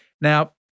Now